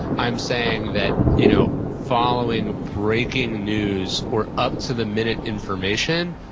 i'm saying that, you know following a breaking news or up to the minute information,